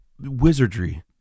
wizardry